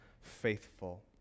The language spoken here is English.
faithful